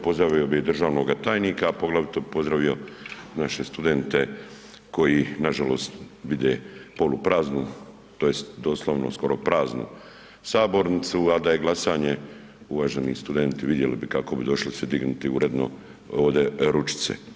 Pozdravio bi državnog tajnika, a poglavito bi pozdravio naše studente koji nažalost vide polupraznu tj. doslovno skoro praznu sabornicu, al da je glasanje uvaženi studenti vidjeli bi kako bi došli se dignuti uredno ovdje ručice.